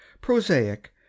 prosaic